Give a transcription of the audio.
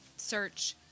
search